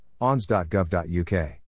ONS.gov.uk